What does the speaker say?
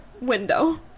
window